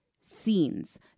scenes